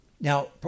Now